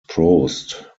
prost